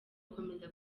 gukomeza